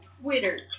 Twitter